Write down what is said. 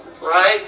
right